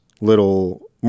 little